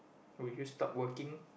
or would you stop working